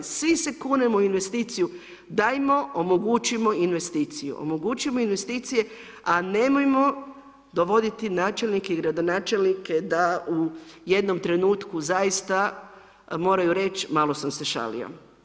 Svi se kunemo u investiciju, dajmo, omogućimo investiciju, omogućimo investicije a nemojmo dovoditi načelnike i gradonačelnike da u jednom trenutku zaista moraju reći malo sam se šalio.